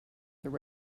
their